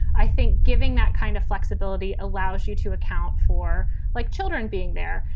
i think giving that kind of flexibility allows you to account for like children being there.